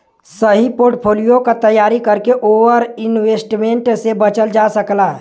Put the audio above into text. सही पोर्टफोलियो क तैयारी करके ओवर इन्वेस्टमेंट से बचल जा सकला